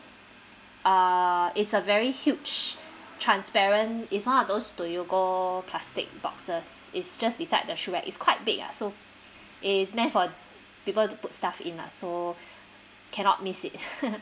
uh it's a very huge transparent it's one of those toyogo plastic boxes it's just beside the shoe rack it's quite big ah so it is meant for people to put stuff in lah so cannot miss it